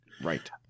right